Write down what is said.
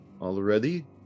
already